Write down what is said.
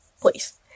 please